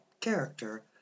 character